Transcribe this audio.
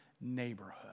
neighborhood